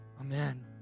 Amen